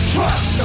Trust